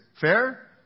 Fair